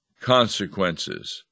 consequences